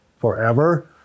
forever